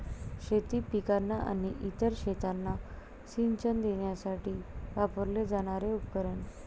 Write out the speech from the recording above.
शेती पिकांना आणि इतर शेतांना सिंचन देण्यासाठी वापरले जाणारे उपकरण